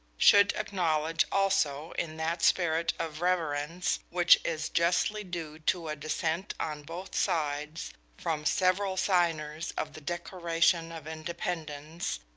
should acknowledge also in that spirit of reverence which is justly due to a descent on both sides from several signers of the declaration of independence,